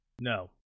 No